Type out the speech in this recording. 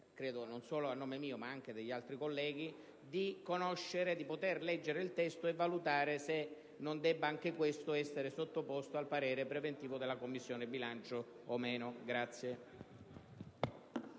cortesia, non solo a nome mio, ma anche degli altri colleghi, di poter leggere il testo e valutare se non debba anch'esso essere sottoposto al parere preventivo della Commissione bilancio.